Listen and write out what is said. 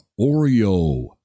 Oreo